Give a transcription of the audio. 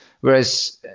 whereas